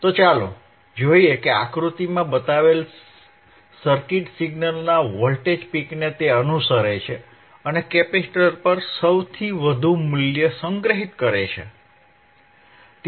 તો ચાલો જોઈએ કે આકૃતિમાં બતાવેલ સર્કિટ સિગ્નલના વોલ્ટેજ પિકને અનુસરે છે અને કેપેસિટર પર સૌથી વધુ મૂલ્ય સંગ્રહિત કરે છે